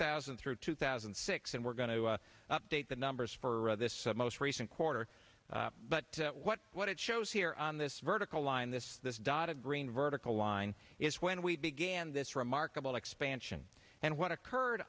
thousand through two thousand and six and we're going to update the numbers for this most recent quarter but what what it shows here on this vertical line this this dot a green vertical line is when we began this remarkable expansion and what occurred